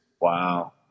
Wow